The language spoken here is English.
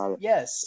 Yes